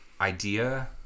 idea